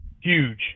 huge